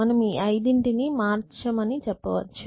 మనము ఈ ఐదింటి ని మార్చమని చెప్పవచ్చు